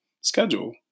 schedule